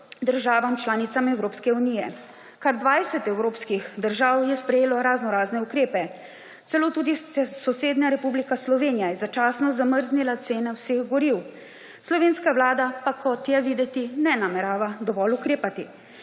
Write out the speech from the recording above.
državam članicam Evropske unije. Kar 20 evropskih držav je sprejelo raznorazne ukrepe, celo tudi sosednja Republika Hrvaška je začasno zamrznila cene vseh goriv. Slovenska vlada pa, kot je videti, ne namerava dovolj ukrepati.